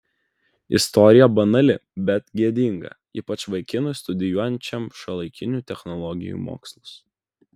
istorija banali bet gėdinga ypač vaikinui studijuojančiam šiuolaikinių technologijų mokslus